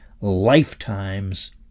lifetimes